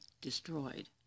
destroyed